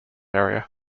area